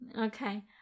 okay